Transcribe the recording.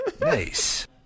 Nice